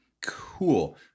Cool